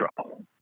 trouble